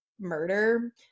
murder